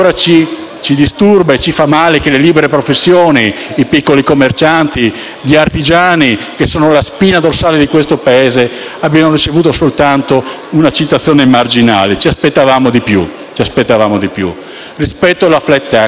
ci disturba e ci fa male che le libere professioni, i piccoli commercianti, gli artigiani, che sono la spina dorsale di questo Paese, abbiano ricevuto soltanto una citazione marginale; ci aspettavamo di più. Rispetto alla *flat tax*,